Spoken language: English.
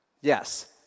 Yes